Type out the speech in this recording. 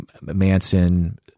Manson